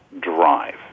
drive